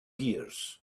gears